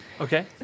Okay